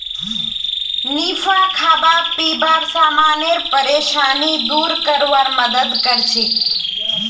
निफा खाबा पीबार समानेर परेशानी दूर करवार मदद करछेक